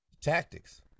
Tactics